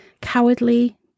cowardly